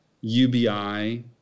UBI